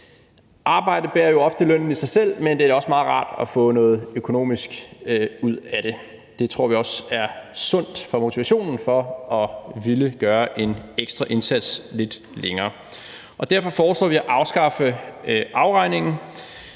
Arbejde bærer jo ofte lønnen i sig selv, men det er da også meget rart at få noget økonomisk ud af det. Det tror vi også er sundt for motivationen for at ville gøre en ekstra indsats lidt længere. Derfor foreslår vi at afskaffe modregningen.